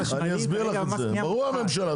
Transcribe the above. ברור שהממשלה.